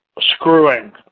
screwing